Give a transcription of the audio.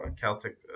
Celtic